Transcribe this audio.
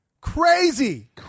Crazy